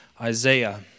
Isaiah